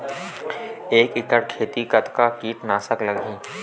एक एकड़ खेती कतका किट नाशक लगही?